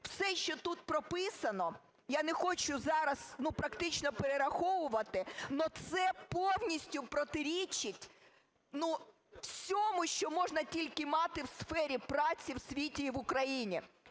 Все, що тут прописано, я не хочу зараз практично перераховувати, але це повністю протирічить всьому, що можна тільки мати в сфері праці в світі і в Україні.